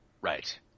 Right